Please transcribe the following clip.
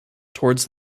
towards